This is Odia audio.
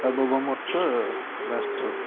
ଆବବମତ ରାଷ୍ଟ୍ର